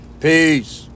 Peace